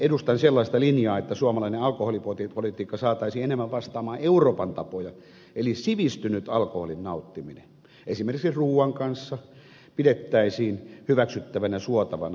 edustan sellaista linjaa että suomalainen alkoholipolitiikka saataisiin enemmän vastaamaan euroopan tapoja eli sivistynyttä alkoholin nauttimista esimerkiksi ruuan kanssa pidettäisiin hyväksyttävänä ja suotavana